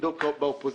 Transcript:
בתפקידו באופוזיציה.